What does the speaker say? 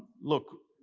look,